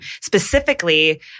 Specifically